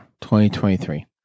2023